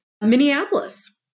Minneapolis